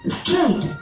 straight